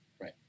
Right